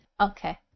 Okay